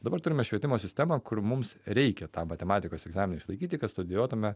dabar turime švietimo sistemą kur mums reikia tą matematikos egzaminą išlaikyti kad studijuotume